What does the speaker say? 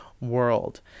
world